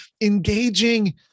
engaging